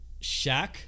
Shaq